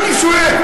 אני שואל,